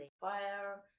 fire